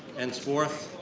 henceforth,